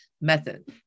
method